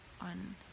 on